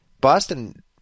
Boston